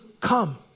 Come